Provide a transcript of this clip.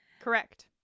Correct